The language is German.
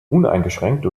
uneingeschränkt